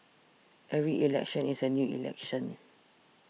every election is a new election